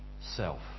self